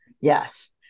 Yes